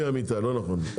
לא נכון.